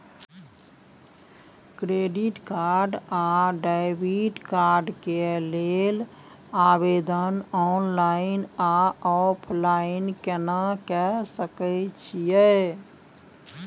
Credit card आ debit card के लेल आवेदन ऑनलाइन आ ऑफलाइन केना के सकय छियै?